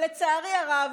לצערי הרב,